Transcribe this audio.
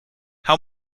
how